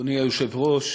אדוני היושב-ראש,